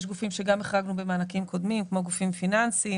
יש גופים שגם החרגנו במענקים קודמים כמו גופים פיננסיים,